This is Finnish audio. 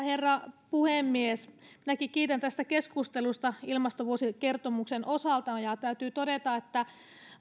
herra puhemies minäkin kiitän tästä keskustelusta ilmastovuosikertomuksen osalta ja täytyy todeta että